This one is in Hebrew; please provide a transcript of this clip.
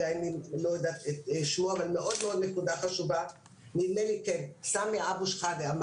נדמה לי סמי אבו שחאדה,